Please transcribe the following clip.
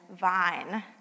vine